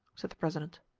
said the president.